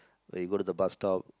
where you go to the bus stop